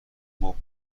مبل